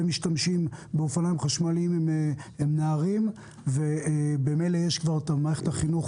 מהמשתמשים באופניים חשמליים הם נערים וממילא מערכת החינוך